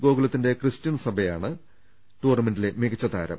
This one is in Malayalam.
ഗോകുലത്തിന്റെ ക്രിസ്ത്യൻ സബയാണ് ടൂർണമെന്റിലെ മികച്ച താരം